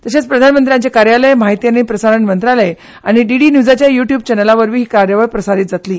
तशेंच प्रधानमंत्री कार्यालय म्हायती आनी प्रसारण मंत्रालय आनी डीडी न्यूजाच्या यूट्यूब चॅनला वरवीं ही कार्यावळ प्रसारीत जातली